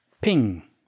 Ping